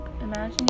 Imagine